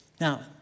Now